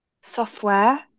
software